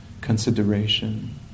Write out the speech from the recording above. consideration